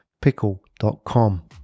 Pickle.com